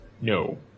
no